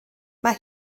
mae